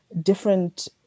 different